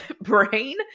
brain